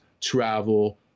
travel